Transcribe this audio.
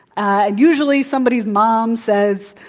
and usually somebody's mom says,